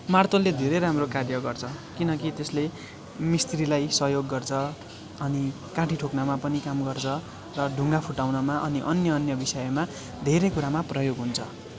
मार्तोलले धेरै राम्रो कार्य गर्छ किनकि त्यसले मिस्तिरीलाई सहयोग गर्छ अनि काँटी ठोक्नमा पनि काम गर्छ र ढुङ्गा फुटाउनमा अनि अन्य अन्य बिषयमा धेरै कुरामा प्रयोग हुन्छ